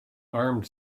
armed